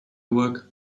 work